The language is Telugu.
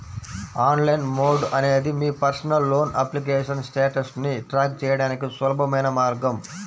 ఆన్లైన్ మోడ్ అనేది మీ పర్సనల్ లోన్ అప్లికేషన్ స్టేటస్ను ట్రాక్ చేయడానికి సులభమైన మార్గం